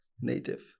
Native